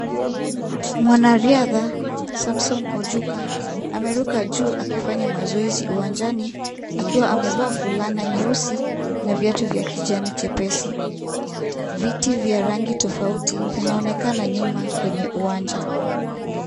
Mwana riadha Samson Ojuka ameruka juu akifanya mazoezi akiwa amevalia fulana nyeusi na viatu ya kijani chepesi. Viti vya rangi tofauti vinaonekana nyuma kwenye uwanja.